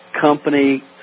company